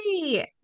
Hey